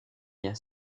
bien